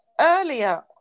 earlier